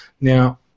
Now